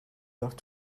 left